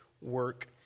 work